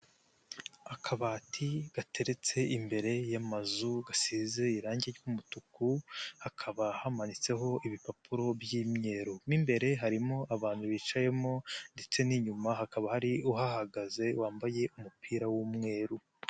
Akabati gateretse imbere y'amazu gasize irangi ry'umutuku, hakaba hamanitseho ibipapuro by'imyeru, mo imbere harimo abantu bicayemo ndetse n'inyuma hakaba hari uhahagaze wambaye umupira w'umweru.